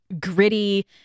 gritty